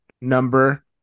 number